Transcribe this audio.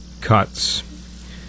cuts